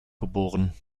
geboren